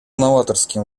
новаторским